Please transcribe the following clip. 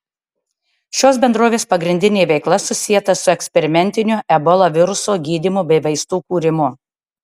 šios bendrovės pagrindinė veikla susieta su eksperimentiniu ebola viruso gydymu bei vaistų kūrimu